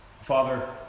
Father